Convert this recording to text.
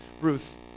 Ruth